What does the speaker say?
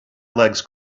legs